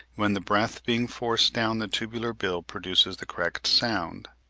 when the breath being forced down the tubular bill produces the correct sound.